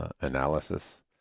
analysis